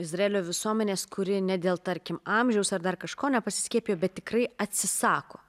izraelio visuomenės kuri ne dėl tarkim amžiaus ar dar kažko nepasiskiepijo bet tikrai atsisako